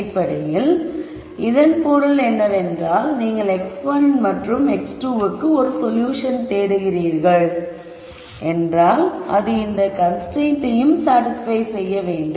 அடிப்படையில் இதன் பொருள் என்னவென்றால் நீங்கள் x1 மற்றும் x2 க்கு ஒரு சொல்யூஷன் தேடுகிறீர்கள் என்றால் அது இந்த கன்ஸ்ரைன்ட்டையும் சாடிஸ்பய் செய்யும்